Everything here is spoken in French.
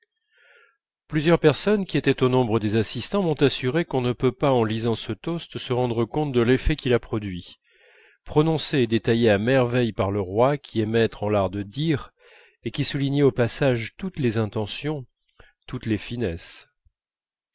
plusieurs personnes qui étaient au nombre des assistants m'ont assuré qu'on ne peut pas en lisant ce toast se rendre compte de l'effet qu'il a produit prononcé et détaillé à merveille par le roi qui est maître en l'art de dire et qui soulignait au passage toutes les intentions toutes les finesses